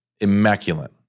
Immaculate